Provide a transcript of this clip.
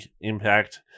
impact